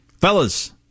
Fellas